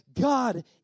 God